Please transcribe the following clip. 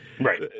right